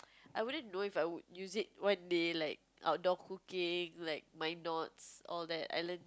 I wouldn't know If I would use it one day like outdoor cooking like mind knots all that I learn